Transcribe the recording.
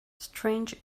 strange